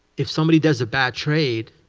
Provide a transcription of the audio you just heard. if somebody does a bad trade,